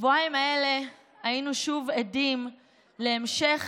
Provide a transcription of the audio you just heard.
בשבועיים האלה היינו שוב עדים להמשך